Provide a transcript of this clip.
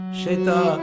sheta